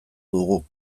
dugu